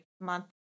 month